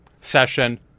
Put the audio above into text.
session